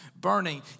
burning